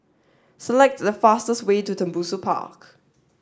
select the fastest way to Tembusu Park